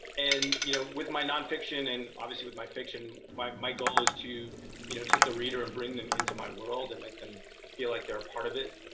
and you know with my non-fiction, and obviously, with my fiction, my my goal is to you know take the reader and bring them into my world. and make them feel like they're part of it.